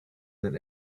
that